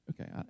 Okay